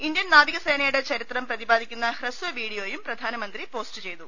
Indian നാവികസേനയുടെ ചരിത്രം പ്രതിപാദിക്കുന്ന ഹ്രസ് വീഡിയോയും പ്രധാനമന്ത്രി പോസ്റ്റ് ചെയ്തു